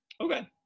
Okay